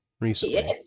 recently